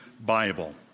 Bible